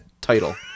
title